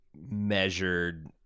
measured